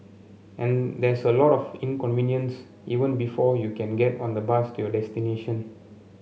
and there's a lot of inconvenience even before you can get on the bus to your destination